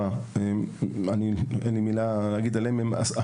אין לי מילה רעה להגיד על המשטרה,